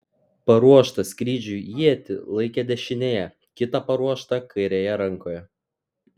paruoštą skrydžiui ietį laikė dešinėje kitą paruoštą kairėje rankoje